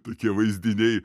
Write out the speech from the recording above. tokie vaizdiniai